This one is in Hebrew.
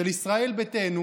של ישראל ביתנו